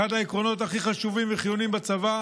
אחד העקרונות הכי חשובים וחיוניים בצבא,